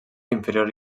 inferior